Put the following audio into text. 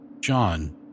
John